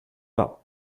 par